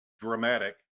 dramatic